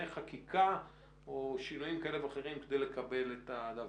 חקיקה או שינויים אחרים כדי לקבל את זה.